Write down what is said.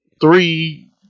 three